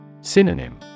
Synonym